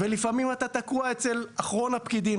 ולפעמים אתה תקוע אצל אחרון הפקידים,